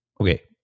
Okay